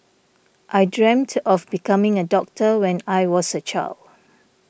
I dreamt of becoming a doctor when I was a child